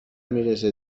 میرسه